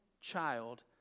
child